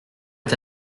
est